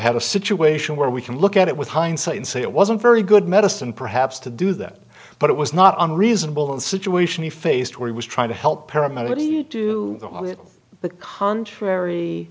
had a situation where we can look at it with hindsight and say it wasn't very good medicine perhaps to do that but it was not on reasonable the situation he faced where he was trying to help paramedic do you do the contrary